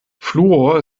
fluor